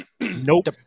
Nope